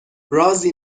رازی